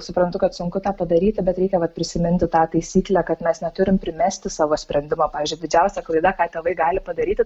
suprantu kad sunku tą padaryti bet reikia vat prisiminti tą taisyklę kad mes neturim primesti savo sprendimą pavyzdžiui didžiausia klaida ką tėvai gali padaryti